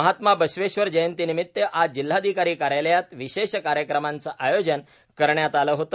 महात्मा बसवेश्वर जयंतीनिमित्त आज जिल्हाधिकारी कार्यालयात विशेष कार्यक्रमाचे आयोजन करण्यात आले होते